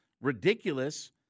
ridiculous